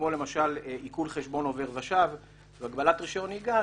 כמו למשל עיקול חשבון עובר ושב והגבלת רישיון נהיגה,